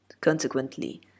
Consequently